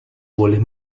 boleh